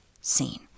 seen